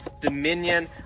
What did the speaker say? Dominion